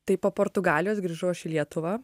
taip po portugalijos grįžau aš į lietuvą